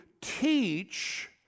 teach